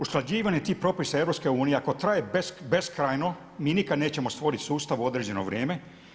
Usklađivanje tih propisa EU ako traje beskrajno mi nikad nećemo stvorit sustav u određeno vrijeme.